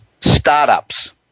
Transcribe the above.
startups